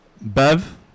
Bev